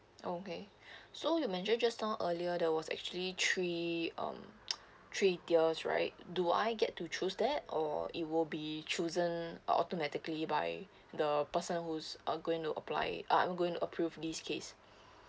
okay so you mentioned just now earlier there was actually three um three tiers right do I get to choose that or it will be chosen automatically by the person whose are going to apply it uh are going to approve this case